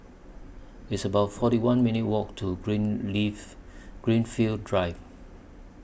It's about forty one minutes' Walk to Green Leaf Greenfield Drive